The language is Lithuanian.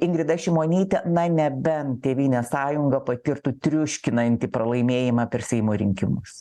ingrida šimonytė na nebent tėvynės sąjunga patirtų triuškinantį pralaimėjimą per seimo rinkimus